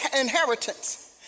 inheritance